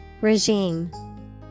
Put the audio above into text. Regime